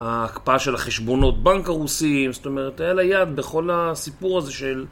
ההקפאה של החשבונות בנק הרוסיים, זאת אומרת, היה לה יד בכל הסיפור הזה של...